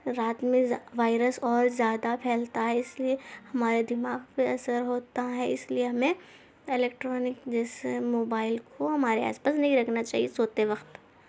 رات میں وائرس اور زیادہ پھیلتا ہے اس لیے ہمارے دماغ پہ اثر ہوتا ہے اس لیے ہمیں الیکٹرانک جیسے موبائل کو ہمارے آس پاس نہیں رکھنا چاہیے سوتے وقت